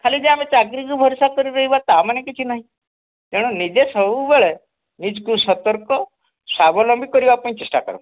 ଖାଲି ଯାହା ଆମେ ଚାକିରୀକୁ ଭରସା କରି ରହିବା ତାମାନେ କିଛି ନାହିଁ ତେଣୁ ନିଜେ ସବୁବେଳେ ନିଜକୁ ସତର୍କ ସ୍ୱାବଲମ୍ବୀ କରିବା ପାଇଁ ଚେଷ୍ଟା କର